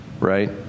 right